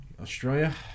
Australia